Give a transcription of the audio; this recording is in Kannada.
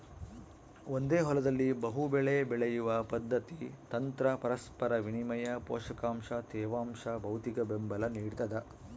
ಒಂದೇ ಹೊಲದಲ್ಲಿ ಬಹುಬೆಳೆ ಬೆಳೆಯುವ ಪದ್ಧತಿ ತಂತ್ರ ಪರಸ್ಪರ ವಿನಿಮಯ ಪೋಷಕಾಂಶ ತೇವಾಂಶ ಭೌತಿಕಬೆಂಬಲ ನಿಡ್ತದ